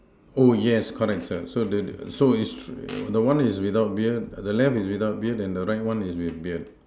oh yes correct sir so there so the one is without beard the left is without beard and the right one is with beard